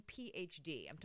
PhD